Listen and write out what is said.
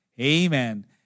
Amen